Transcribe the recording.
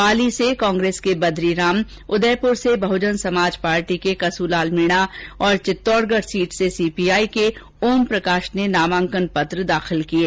पाली से कांग्रेस के बद्रीराम उदयपुर से बहजन समाज पार्टी के कसु लाल मीणा और चित्तौडगढ सीट से सीपीआई के ओमप्रकाश ने नामांकन पत्र दाखिल किये